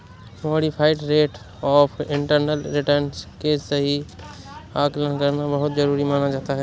modified rate of internal return के सही आकलन करना बहुत जरुरी माना जाता है